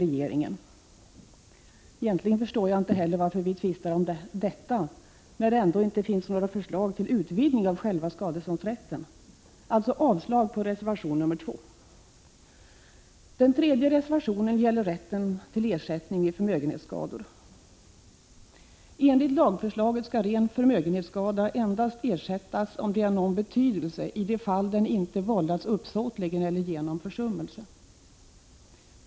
Egentligen förstår jag inte varför vi tvistar om detta, när det ändå inte finns några förslag till utvidgning av själva skadeståndsrätten. Jag yrkar därmed avslag på reservation nr 2. Reservation nr 3 gäller rätt till ersättning för förmögenhetsskador. Enligt — Prot. 1985/86:125 lagförslaget skall ren förmögenhetsskada ersättas endast om den är av någon 23 april 1986 betydelse och i de fall den vållats uppsåtligen eller genom försummelse.